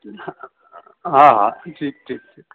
हा हा ठीकु ठीकु ठीकु